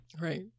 Right